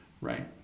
right